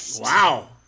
Wow